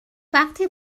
وقتی